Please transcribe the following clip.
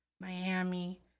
Miami